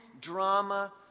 drama